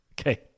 Okay